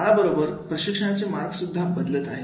काळाबरोबर प्रशिक्षणाचे मार्गसुद्धा बदलत आहेत